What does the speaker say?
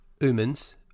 humans